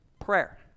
prayer